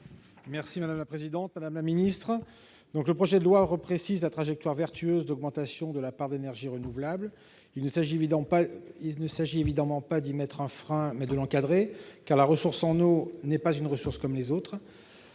: La parole est à M. Éric Gold. Le projet de loi reprécise la trajectoire vertueuse d'augmentation de la part d'énergies renouvelables. Il s'agit évidemment non pas d'y mettre un frein, mais de l'encadrer, car la ressource en eau n'est pas une ressource comme les autres.